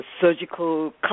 surgical